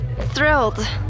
thrilled